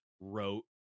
wrote